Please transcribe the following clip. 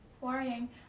worrying